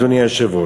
אדוני היושב-ראש,